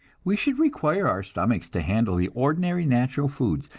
we should require our stomachs to handle the ordinary natural foods,